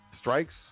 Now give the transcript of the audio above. strikes